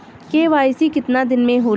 KYC कितना दिन में होले?